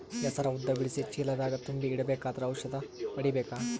ಹೆಸರು ಉದ್ದ ಬಿಡಿಸಿ ಚೀಲ ದಾಗ್ ತುಂಬಿ ಇಡ್ಬೇಕಾದ್ರ ಔಷದ ಹೊಡಿಬೇಕ?